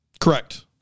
Correct